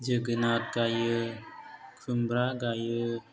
जोगोनार गायो खुम्ब्रा गायो